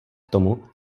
tomu